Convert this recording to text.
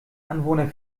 anwohner